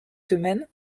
semaine